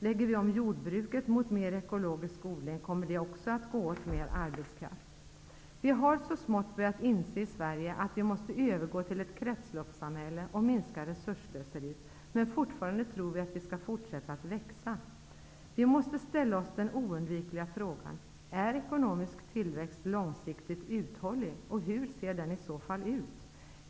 Lägger vi om jordbruket mot mer ekologisk odling kommer det också att gå åt mer arbetskraft. Vi har så smått börjat inse i Sverige att vi måste övergå till ett kretsloppssamhälle och minska resursslöseriet. Men fortfarande tror vi att vi skall fortsätta att växa. Vi måste ställa oss den oudvikliga frågan: Är ekonomisk tillväxt långsiktigt uthållig, och hur ser den i så fall ut?